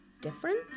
Different